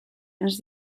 ens